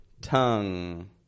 tongue